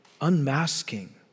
unmasking